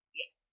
yes